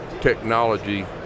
technology